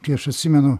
kai aš atsimenu